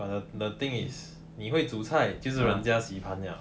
but the thing is 你会煮菜就是人家洗盘 liao